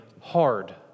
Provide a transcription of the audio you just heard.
hard